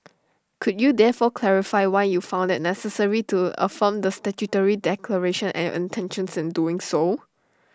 could you therefore clarify why you found IT necessary to affirm the statutory declaration and intentions in doing so